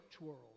world